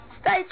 stay